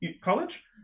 College